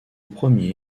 premier